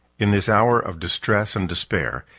in this hour of distress and despair,